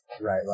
Right